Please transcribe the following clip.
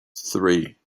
three